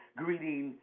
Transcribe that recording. greeting